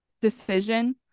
decision